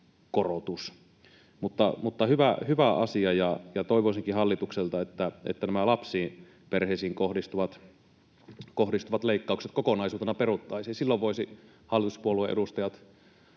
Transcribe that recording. korotus. Mutta hyvä asia, ja toivoisinkin hallitukselta, että nämä lapsiperheisiin kohdistuvat leikkaukset kokonaisuutena peruttaisin. Silloin voisivat hallituspuolueiden edustajat